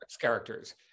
characters